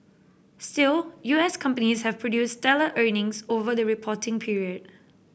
still U S companies have produced stellar earnings over the reporting period